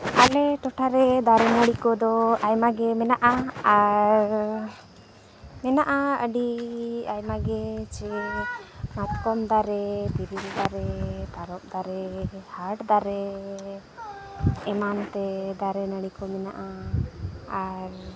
ᱟᱞᱮ ᱴᱚᱴᱷᱟ ᱨᱮ ᱫᱟᱨᱮᱼᱱᱟᱹᱲᱤ ᱠᱚᱫᱚ ᱟᱭᱢᱟᱜᱮ ᱢᱮᱱᱟᱜᱼᱟ ᱟᱨ ᱢᱮᱱᱟᱜᱼᱟ ᱟᱹᱰᱤ ᱟᱭᱢᱟ ᱜᱮ ᱢᱟᱛᱠᱚᱢ ᱫᱟᱨᱮ ᱛᱮᱨᱮᱞ ᱫᱟᱨᱮ ᱛᱟᱨᱚᱵ ᱫᱟᱨᱮ ᱦᱟᱴ ᱫᱟᱨᱮ ᱮᱢᱟᱱ ᱛᱮ ᱫᱟᱨᱮᱼᱱᱟᱹᱲᱤ ᱠᱚ ᱢᱮᱱᱟᱜᱼᱟ ᱟᱨ